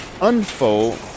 unfold